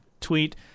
tweet